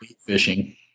fishing